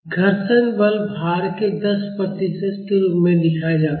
घर्षण बल भार के 10 प्रतिशत के रूप में दिया जाता है